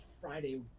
Friday